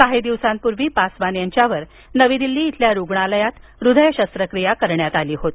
काही दिवसांपूर्वी पासवान यांच्यावर नवी दिल्ली इथल्या रुग्णालयात हृदय शस्त्रक्रिया झाली होती